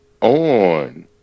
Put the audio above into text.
on